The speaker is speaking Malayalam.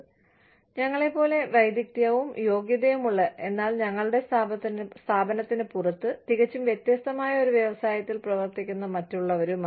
കൂടാതെ ഞങ്ങളെപ്പോലെ വൈദഗ്ധ്യവും യോഗ്യതയുമുള്ള എന്നാൽ ഞങ്ങളുടെ സ്ഥാപനത്തിന് പുറത്ത് തികച്ചും വ്യത്യസ്തമായ ഒരു വ്യവസായത്തിൽ പ്രവർത്തിക്കുന്ന മറ്റുള്ളവരുമായി